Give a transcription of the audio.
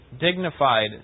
dignified